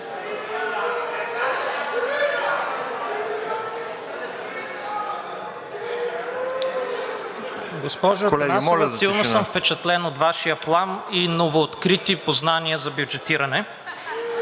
Госпожо Атанасова, силно съм впечатлен от Вашия плам и новооткрити познания за бюджетиране.